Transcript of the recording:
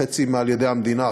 חצי על-ידי המדינה,